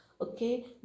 Okay